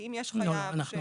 כי אם יש חייב שהוא